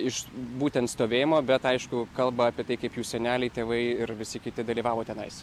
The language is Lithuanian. iš būtent stovėjimo bet aišku kalba apie tai kaip jų seneliai tėvai ir visi kiti dalyvavo tenais